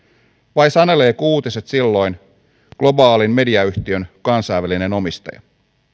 vai saneleeko uutiset silloin globaalin mediayhtiön kansainvälinen omistaja